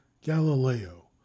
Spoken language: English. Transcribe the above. galileo